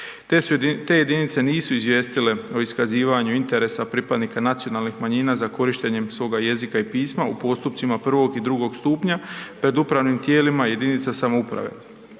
Te jedinice nisu izvijestile o iskazivanju interesa pripadnika nacionalnih manjina za korištenjem svoga jezika i pisma u postupcima I. i II. stupnja pred upravnim tijelima jedinica samouprave